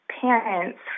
parents